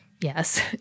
Yes